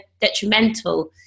detrimental